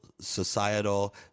societal